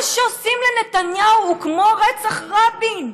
מה שעושים לנתניהו הוא כמו רצח רבין.